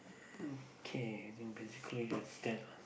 okay as in basically that's that lah